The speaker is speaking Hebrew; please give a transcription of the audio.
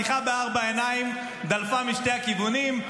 שיחה בארבע עיניים דלפה משני הכיוונים.